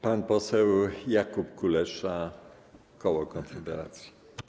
Pan poseł Jakub Kulesza, koło Konfederacji.